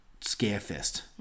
scare-fest